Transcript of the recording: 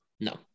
No